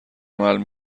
عمل